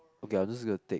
okay I'll just gonna take